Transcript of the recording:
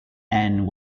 and